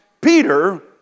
Peter